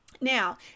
Now